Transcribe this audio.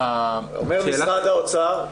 אומר משרד האוצר,